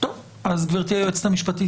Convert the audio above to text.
גברתי היועצת המשפטית,